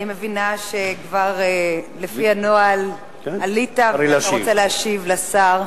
אני מבינה שכבר עלית לפי הנוהל ואתה רוצה להשיב לשר.